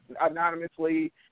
anonymously